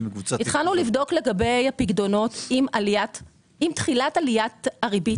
התחלנו לבדוק לגבי הפיקדונות עם תחילת עליית הריבית.